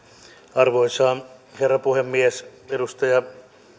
arvoisa herra puhemies edustaja